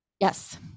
Yes